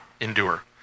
endure